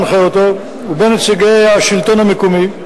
מנחה אותו ובין נציגי השלטון המקומי,